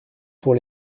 pour